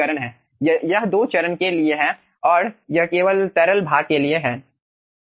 यह दो चरण के लिए है और यह केवल तरल भाग के लिए है